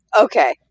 okay